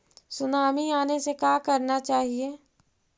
Tsunami आने से का करना चाहिए?